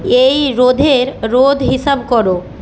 এই রোধের রোধ হিসাব করো